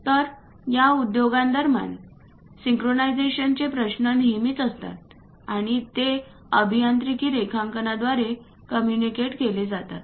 तर या उद्योगांदरम्यान सिंक्रोनाइझेशनचे प्रश्न नेहमीच असतात आणि ते अभियांत्रिकी रेखांकनाद्वारे कम्युनिकेट केले जातात